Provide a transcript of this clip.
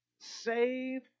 Save